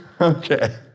Okay